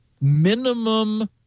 minimum